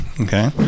okay